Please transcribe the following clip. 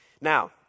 now